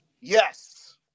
yes